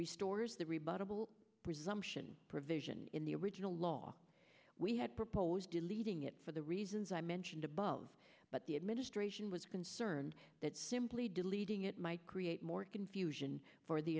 restores the rebuttal presumption provision in the original law we had proposed deleting it for the reasons i mentioned above but the administration was concerned that simply deleting it might create more confusion for the